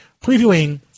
previewing